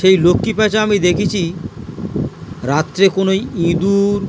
সেই লক্ষ্মী পাঁচা আমি দেখেছি রাত্রে কোনোই ইঁদুর